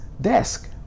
desk